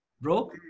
Bro